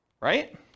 Right